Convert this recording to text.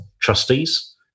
trustees